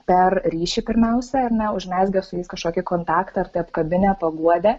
per ryšį pirmiausia ar ne užmezgę su jais kažkokį kontaktą ar tai apkabinę paguodę